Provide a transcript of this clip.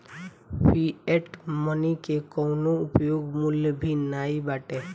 fiat money के कवनो उपयोग मूल्य भी नाइ बाटे